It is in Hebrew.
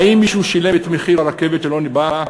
האם מישהו שילם את מחיר הרכבת שלא באה,